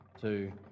two